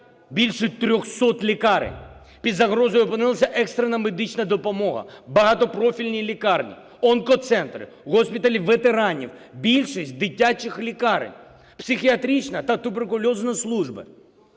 більше 300 лікарень. Під загрозою опинилася екстрена медична допомога, багатопрофільні лікарні, онкоцентри, госпіталі ветеранів, більшість дитячих лікарень, психіатрична та туберкульозна служби.